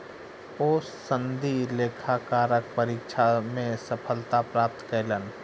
ओ सनदी लेखाकारक परीक्षा मे सफलता प्राप्त कयलैन